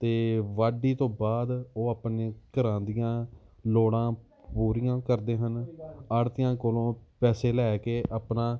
ਅਤੇ ਵਾਢੀ ਤੋਂ ਬਾਅਦ ਉਹ ਆਪਣੇ ਘਰਾਂ ਦੀਆਂ ਲੋੜਾਂ ਪੂਰੀਆਂ ਕਰਦੇ ਹਨ ਆੜ੍ਹਤੀਆਂ ਕੋਲੋਂ ਪੈਸੇ ਲੈ ਕੇ ਆਪਣਾ